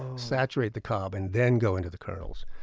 saturate the cob and then go into the kernels.